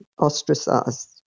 ostracized